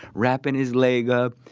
wrapping his leg up,